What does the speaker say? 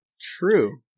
True